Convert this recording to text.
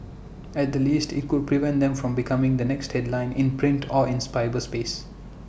at the least IT could prevent them from becoming the next headline in print or in cyberspace